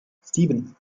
sieben